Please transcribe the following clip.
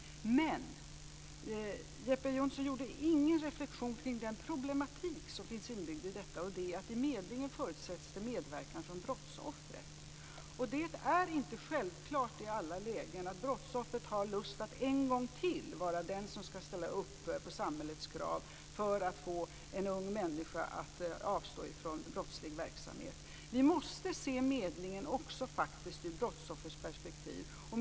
Men Jeppe Jonhsson gjorde ingen reflexion kring den problematik som finns inbyggd i detta, nämligen att det vid medlingen förutsätts medverkan från brottsoffret. Det är inte självklart i alla lägen att brottsoffret har lust att en gång till vara den som skall ställa upp på samhällets krav för att få en ung människa att avstå från brottslig verksamhet. Vi måste se medlingen också ur brottsoffrets perspektiv.